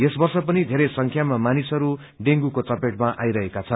यस वर्ष पनि धेरै संख्यामा मानिसहरू यसको चपेटमा आइरहेका छन्